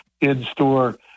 in-store